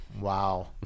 Wow